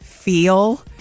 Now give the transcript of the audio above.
Feel